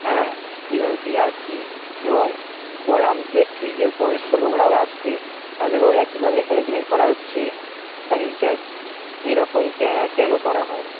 হ্যাঁ এইভাবে ফিরে আসছি এবং ব আমি দেখছি যে বয়স্ক লোকরাও আসছে তাদেরও একইভাবে হ্যারাসমেন্ট করা হচ্ছে আর এইটা এইরকম কেন করা হয়